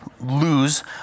lose